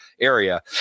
area